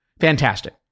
fantastic